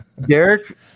Derek